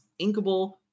inkable